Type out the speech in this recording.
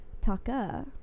taka